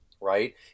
right